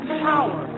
power